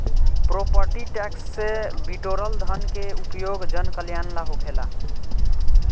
property tax से बिटोरल धन के उपयोग जनकल्यान ला होखेला